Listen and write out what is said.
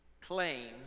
claim